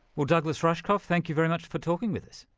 well douglas rushkoff, thank you very much for talking with us.